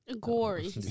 Gory